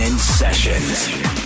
Sessions